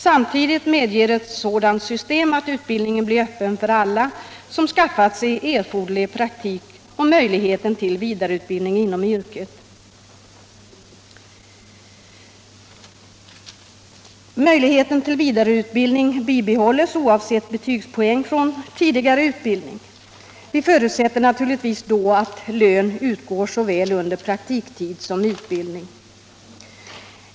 Samtidigt medger ett sådant system att utbildningen blir öppen för alla som skaffat sig erforderlig praktik, och möjligheten till vidareutbildning inom yrket bibehålls oavsett betygspoäng från tidigare utbildning. Vi förutsätter naturligtvis att lön utgår såväl under praktiktid som under utbildningen.